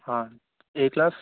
A class